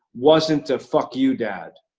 wasn't the fuck you, dad,